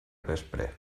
vespre